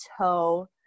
toe